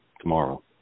tomorrow